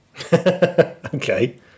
Okay